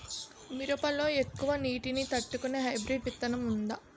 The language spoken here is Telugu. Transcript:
మిరప లో ఎక్కువ నీటి ని తట్టుకునే హైబ్రిడ్ విత్తనం వుందా?